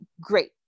great